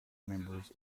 members